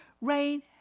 Rain